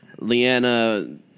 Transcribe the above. Leanna